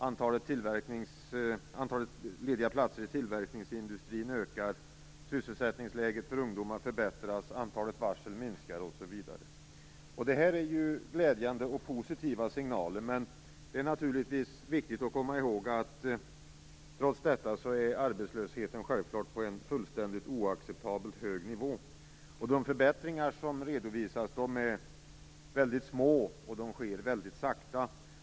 Antalet lediga platser i tillverkningsindustrin ökar. Sysselsättningsläget för ungdomar förbättras. Antalet varsel minskar osv. Detta är glädjande och positiva signaler. Men det är naturligtvis viktigt att komma ihåg att trots detta ligger arbetslösheten på en fullständigt oacceptabelt hög nivå. De förbättringar som redovisas är väldigt små och sker väldigt sakta.